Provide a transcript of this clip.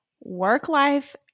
work-life